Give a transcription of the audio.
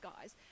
guys